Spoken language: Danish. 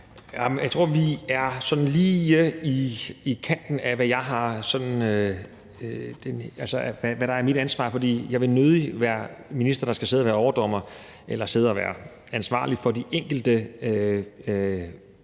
Jeg tror, at vi er lige på kanten af, hvad der er mit ansvar, for jeg vil nødig være en minister, der skal sidde og være overdommer eller være ansvarlig for, hvad de enkelte